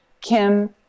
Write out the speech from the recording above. Kim